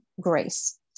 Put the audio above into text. grace